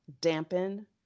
dampen